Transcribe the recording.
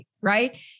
right